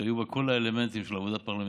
שהיו בה כל האלמנטים של עבודה פרלמנטרית,